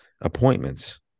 appointments